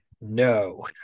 no